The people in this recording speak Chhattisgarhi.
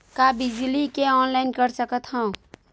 का बिजली के ऑनलाइन कर सकत हव?